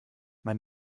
man